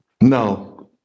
No